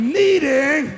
needing